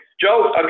Joe